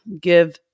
give